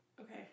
okay